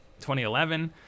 2011